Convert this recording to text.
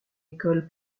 école